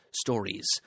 stories